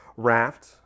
raft